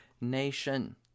nation